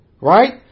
right